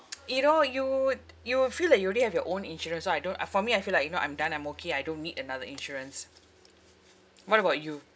you know you'd you would feel that you already have your own insurance so I don't uh for me I feel like you know I'm done I'm okay I don't need another insurance what about you